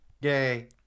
Yay